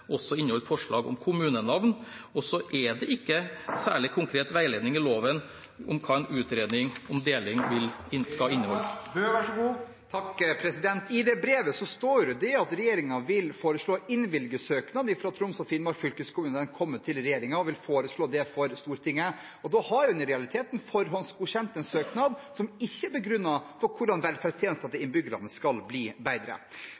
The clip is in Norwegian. også inneholde forslag til kommunenavn. Og så er det ikke særlig konkret veiledning i loven om hva en utredning om deling skal inneholde. I det brevet står det at regjeringen vil foreslå å innvilge søknaden fra Troms og Finnmark fylkeskommune når den kommer til regjeringen, og vil legge det fram for Stortinget. Da har en i realiteten forhåndsgodkjent en søknad som ikke begrunner hvordan velferdstjenestene til innbyggerne skal bli bedre.